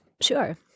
Sure